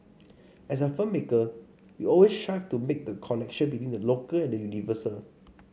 as a filmmaker we always strive to make the connection between the local and the universal